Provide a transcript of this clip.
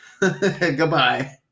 Goodbye